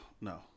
No